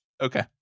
Okay